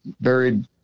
buried